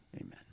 Amen